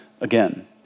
again